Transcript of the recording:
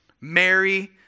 Mary